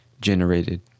generated